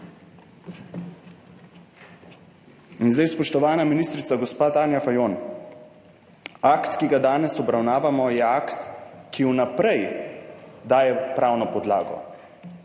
In zdaj, spoštovana ministrica, gospa Tanja Fajon, akt, ki ga danes obravnavamo, je akt, ki vnaprej daje pravno podlago.